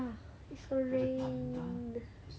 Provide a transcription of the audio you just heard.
for the thunder it's the thunder